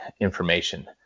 information